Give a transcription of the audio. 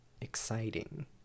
exciting